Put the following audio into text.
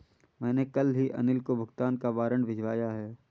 मैंने कल ही अनिल को भुगतान का वारंट भिजवाया है